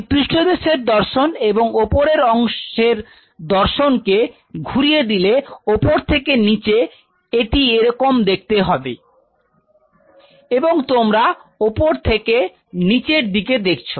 এই পৃষ্ঠদেশের দর্শন এবং ওপর অংশ কে ঘুরিয়ে দিলে ওপর থেকে নিচে এটি এরকম দেখতে হবে এবং তোমরা উপর থেকে নিচের দিকে দেখছ